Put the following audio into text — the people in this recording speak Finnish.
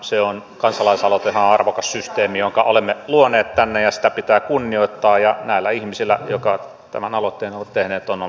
kansalaisaloitehan on arvokas systeemi jonka olemme luoneet tänne ja sitä pitää kunnioittaa ja näillä ihmisillä jotka tämän aloitteen ovat tehneet on ollut huoli